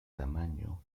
tamaño